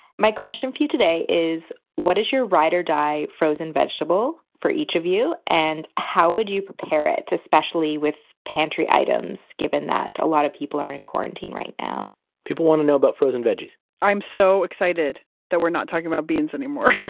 my question for you today is, what is your ride or die frozen vegetable for each of you, and how would you prepare it? especially with pantry items, given that a lot of people are in quarantine right now people want to know about frozen veggies i'm so excited that we're not talking about beans anymore.